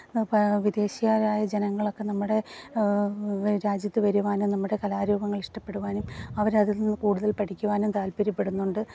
ഇപ്പോള് വിദേശീയരായ ജനങ്ങളൊക്കെ നമ്മുടെ രാജ്യത്ത് വരുവാനും നമ്മുടെ കലാരൂപങ്ങൾ ഇഷ്ടപ്പെടുവാനും അവരതിൽ നിന്നും കൂടുതൽ പഠിക്കുവാനും താല്പര്യപ്പെടുന്നുണ്ട്